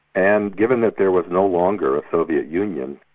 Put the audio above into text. and given that there was no longer a soviet union,